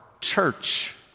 church